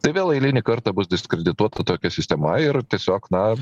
tai vėl eilinį kartą bus diskredituota tokia sistema ir tiesiog na